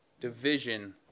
division